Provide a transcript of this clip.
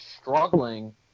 struggling